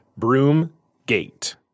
Broomgate